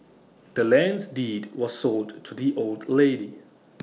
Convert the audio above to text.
the land's deed was sold to the old lady